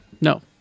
No